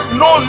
no